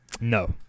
No